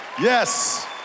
Yes